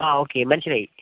ആ ഓക്കെ മനസ്സിലായി